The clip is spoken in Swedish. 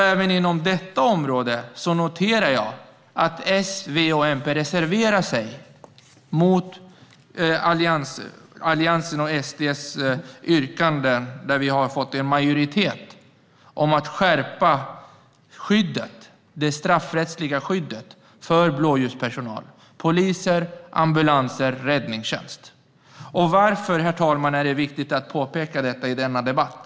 Även inom detta område noterar jag att S, V, och MP reserverar sig mot Alliansens och SD:s yrkanden, som vi har fått majoritet för, om att skärpa det straffrättsliga skyddet för blåljuspersonal - polis, ambulanspersonal och räddningstjänst. Varför, herr talman, är det viktigt att påpeka detta i denna debatt?